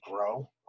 grow